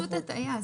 פשוט הטעיה.